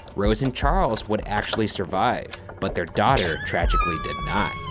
rose and charles would actually survive. but their daughter, tragically did not.